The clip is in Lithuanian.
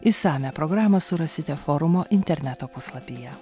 išsamią programą surasite forumo interneto puslapyje